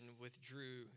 withdrew